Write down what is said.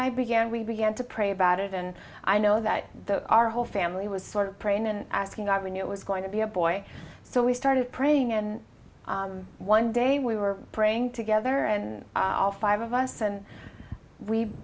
i began we began to pray about it and i know that the our whole family was sort of praying and asking i when it was going to be a boy so we started praying and one day we were praying together and i'll five of us and we